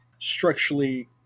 structurally